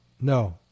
No